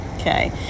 Okay